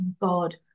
God